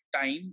time